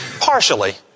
Partially